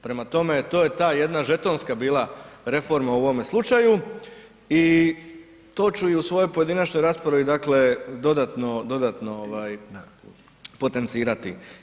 Prema tome, to je ta jedna žetonska bila reforma u ovome slučaju i to ću i u svojoj pojedinačnoj raspravi dakle dodatno potencirati.